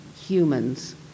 humans